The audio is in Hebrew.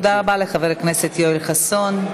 תודה רבה לחבר הכנסת יואל חסון.